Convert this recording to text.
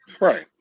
Right